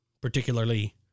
particularly